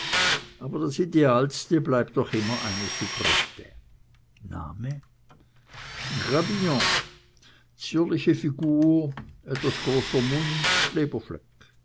aber das idealste bleibt doch immer eine soubrette name grabillon zierliche figur etwas großer mund leberfleck